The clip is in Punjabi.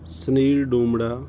ਸੁਨੀਲ ਡੂਮੜਾ